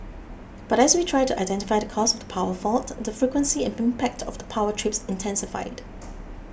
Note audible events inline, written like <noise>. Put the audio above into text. but as we tried to identify the cause of the power fault the frequency and impact of power trips intensified <noise>